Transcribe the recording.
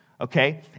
Okay